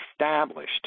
established